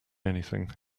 anything